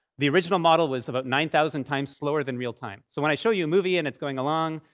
the original model was about nine thousand times slower than real time. so when i show you a movie and it's going along,